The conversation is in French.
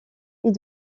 ils